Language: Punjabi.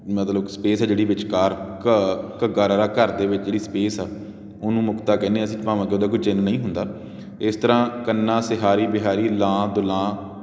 ਮਤਲਬ ਸਪੇਸ ਜਿਹੜੀ ਵਿਚਕਾਰ ਘ ਘ ਰ ਘਰ ਦੇ ਵਿੱਚ ਜਿਹੜੀ ਸਪੇਸ ਆ ਉਹਨੂੰ ਮੁਕਤਾ ਕਹਿੰਦੇ ਹਾਂ ਅਸੀਂ ਭਾਵੇਂ ਕਿ ਉਹਦਾ ਕੋਈ ਚਿੰਨ੍ਹ ਨਹੀਂ ਹੁੰਦਾ ਇਸ ਤਰ੍ਹਾਂ ਕੰਨਾ ਸਿਹਾਰੀ ਬਿਹਾਰੀ ਲਾਂ ਦੁਲਾਂ